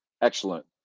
excellent